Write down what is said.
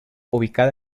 ubicada